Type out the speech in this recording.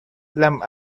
lam